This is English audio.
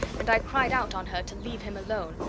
and i cried out on her to leave him alone,